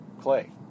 Clay